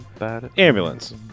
Ambulance